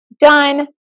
done